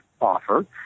offer